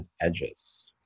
edges